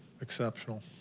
exceptional